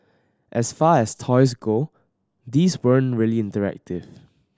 as far as toys go these weren't really interactive